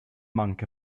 monk